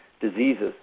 diseases